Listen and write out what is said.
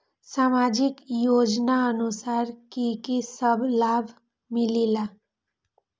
समाजिक योजनानुसार कि कि सब लाब मिलीला?